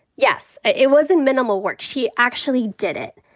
yes. it wasn't minimal work. she actually did it.